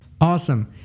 Awesome